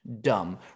dumb